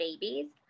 babies